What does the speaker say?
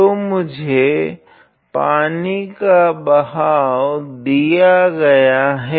तो मुझे पानी का बहाव दिया गया है